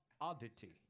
oddity